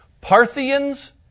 Parthians